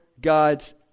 God's